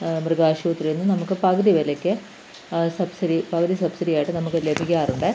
മൃഗാശുപത്രിയിൽനിന്ന് നമുക്ക് പകുതി വിലയ്ക്ക് സബ്സിഡി അവർ സബ്സിഡിയായിട്ട് നമുക്ക് ലഭിക്കാറുണ്ട്